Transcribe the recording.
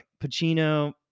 Pacino